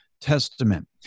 Testament